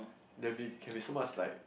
that be can be so much like